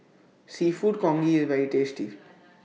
Seafood Congee IS very tasty